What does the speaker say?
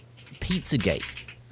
Pizzagate